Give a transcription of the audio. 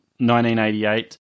1988